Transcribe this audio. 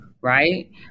right